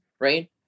right